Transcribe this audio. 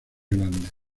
grandes